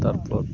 তারপর